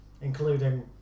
including